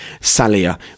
Salia